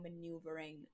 maneuvering